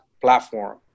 platform